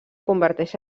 converteix